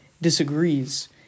disagrees